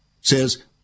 says